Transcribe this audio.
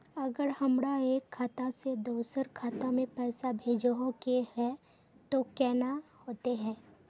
अगर हमरा एक खाता से दोसर खाता में पैसा भेजोहो के है तो केना होते है?